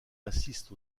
assiste